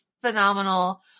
phenomenal